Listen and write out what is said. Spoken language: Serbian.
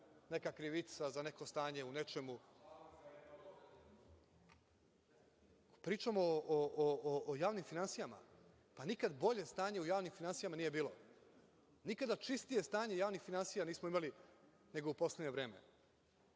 neka krivica za neko stanje u nečemu. Pričamo o javnim finansijama, pa nikada bolje stanje u javnim finansijama nije bilo. Nikada čistije stanje javnih finansija nismo imali, nego u poslednje vreme.